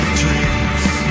dreams